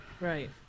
right